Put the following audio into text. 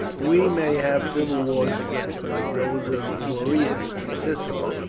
we may have civil wars again, like those of marius and scylla,